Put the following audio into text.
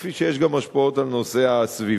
כפי שיש גם השפעות על נושאי הסביבה.